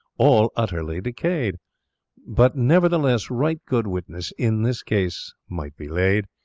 all utterly decayed but, nevertheless, right good witness in this case might be laid,